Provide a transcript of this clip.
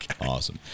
Awesome